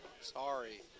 sorry